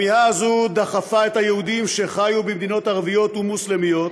הכמיהה הזאת דחפה את היהודים שחיו במדינות ערביות ומוסלמיות